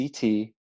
CT